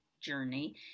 journey